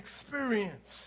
experience